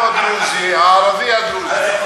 לא דרוזי, ערבי דרוזי.